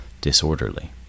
disorderly